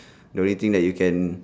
the only thing that you can